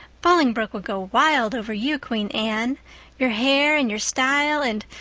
bolingbroke would go wild over you, queen anne your hair and your style and,